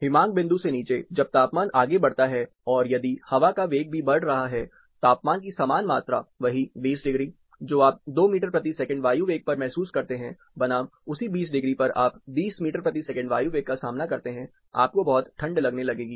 हिमांक बिंदु से नीचे जब तापमान आगे बढ़ता है और यदि हवा का वेग भी बढ़ रहा है तापमान की समान मात्रा वही 20 डिग्री जो आप 2 मीटर प्रति सेकंड वायु वेग पर महसूस करते हैं बनाम उसी 20 डिग्री पर आप 20 मीटर प्रति सेकंड वायु वेग का सामना करते हैं आपको बहुत ठंड लगने लगेगी